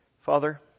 Father